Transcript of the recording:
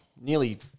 nearly